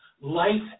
life